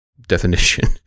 definition